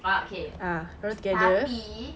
ah okay tapi